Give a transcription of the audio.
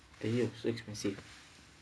!aiyo! so expensive